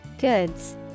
Goods